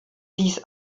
dies